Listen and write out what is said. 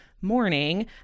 morning